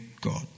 God